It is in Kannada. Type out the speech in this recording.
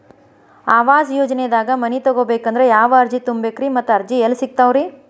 ಆವಾಸ ಯೋಜನೆದಾಗ ಮನಿ ತೊಗೋಬೇಕಂದ್ರ ಯಾವ ಅರ್ಜಿ ತುಂಬೇಕ್ರಿ ಮತ್ತ ಅರ್ಜಿ ಎಲ್ಲಿ ಸಿಗತಾವ್ರಿ?